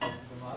זה השלב